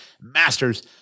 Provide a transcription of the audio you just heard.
masters